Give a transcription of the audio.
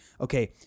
okay